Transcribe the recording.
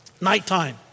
Nighttime